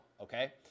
okay